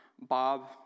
Bob